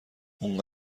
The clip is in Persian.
اون